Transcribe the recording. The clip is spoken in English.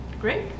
great